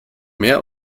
mehr